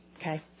Okay